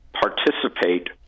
participate